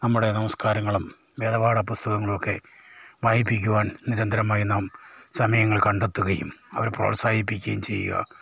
നമ്മുടെ നമസ്കാരങ്ങളും വേദപാഠ പുസ്തകങ്ങളൊക്കെ വായിപ്പിക്കുവാൻ നിരന്തരമായി നാം സമയങ്ങൾ കണ്ടെത്തുകയും അവരെ പ്രോത്സാഹിപ്പിക്കുകയും ചെയ്യുക